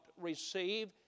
receive